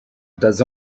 does